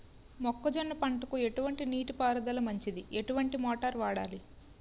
మొక్కజొన్న పంటకు ఎటువంటి నీటి పారుదల మంచిది? ఎటువంటి మోటార్ వాడాలి?